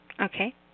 Okay